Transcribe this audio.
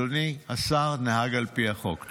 אדוני השר, נהג על פי החוק.